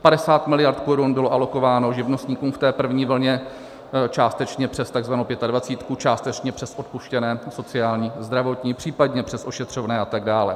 50 mld. korun bylo alokováno živnostníkům v té první vlně, částečně přes takzvanou Pětadvacítku, částečně přes odpuštěné sociální a zdravotní, případně přes ošetřovné a tak dále.